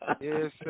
Yes